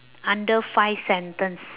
under five sentence